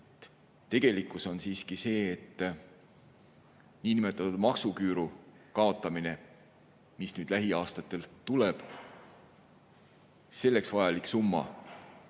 Tegelikkus on siiski see, et niinimetatud maksuküüru kaotamiseks – see lähiaastatel tuleb – vajalik summa